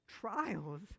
trials